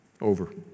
Over